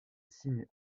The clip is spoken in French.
signe